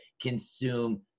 consume